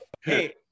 hey